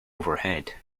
overhead